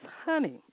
honey